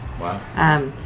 Wow